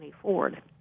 Ford